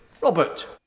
Robert